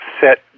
set